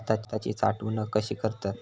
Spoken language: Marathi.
भाताची साठवूनक कशी करतत?